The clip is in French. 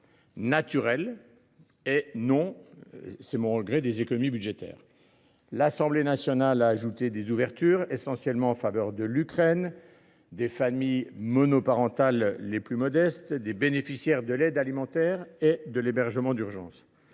naturelles et non des économies budgétaires. L’Assemblée nationale a ajouté des ouvertures de crédits, essentiellement en faveur de l’Ukraine, des familles monoparentales les plus modestes, des bénéficiaires de l’aide alimentaire et de l’hébergement d’urgence.